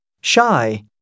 shy